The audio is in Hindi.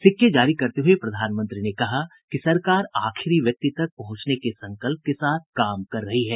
सिक्के जारी करते हुए प्रधानमंत्री ने कहा कि सरकार आखिरी व्यक्ति तक पहुंचने के संकल्प के साथ काम कर रही है